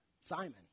Simon